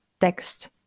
text